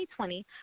2020